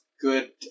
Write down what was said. good